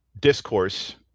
discourse